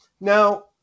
Now